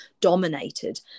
dominated